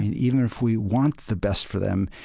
even if we want the best for them,